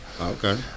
Okay